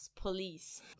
Police